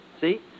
See